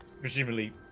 presumably